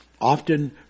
often